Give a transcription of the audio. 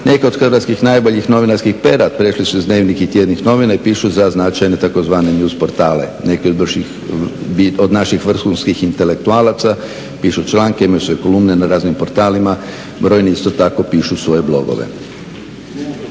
Neki od hrvatskih najboljih novinarskih pera prešli su iz dnevnih i tjednih novina i pišu za značajne, tzv. news portala. Neki od naših vrhunskih intelektualaca pišu članke, imaju svoje kolumne na raznim portala, brojni isto tako pišu svoje blogove.